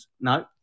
No